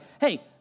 hey